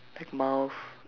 like mouth